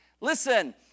Listen